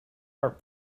art